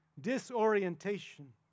disorientation